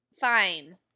Fine